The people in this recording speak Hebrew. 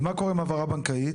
ומה קורה עם העברה בנקאית?